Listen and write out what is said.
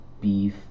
beef